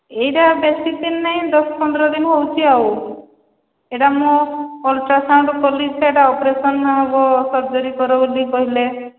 ଏଇଟା ବେଶୀ ଦିନ ନାହିଁ ଦଶ ପନ୍ଦର ଦିନ ହେଉଛି ଆଉ ଏଇଟା ମୁଁ ଅଲଟ୍ରାସାଉଉଣ୍ଡ କଲି ସେ ଏଇଟା ଅପରେସନ ହେବ ସର୍ଜରୀ କର ବୋଲି କହିଲେ